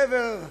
גבר,